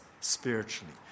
spiritually